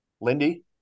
Lindy